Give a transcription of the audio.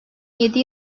yedi